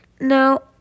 Now